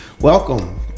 welcome